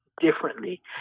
differently